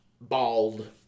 Bald